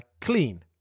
clean